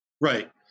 right